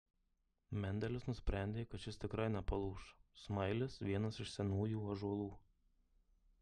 mendelis nusprendė kad šis tikrai nepalūš smailis vienas iš senųjų ąžuolų